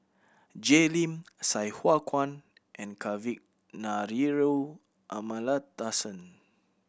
Jay Lim Sai Hua Kuan and Kavignareru Amallathasan